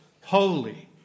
holy